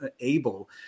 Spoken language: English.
able